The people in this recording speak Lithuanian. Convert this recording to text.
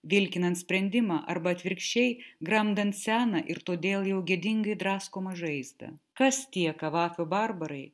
vilkinant sprendimą arba atvirkščiai gramdant seną ir todėl jau gėdingai draskomą žaizdą kas tie kavafio barbarai